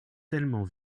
tellement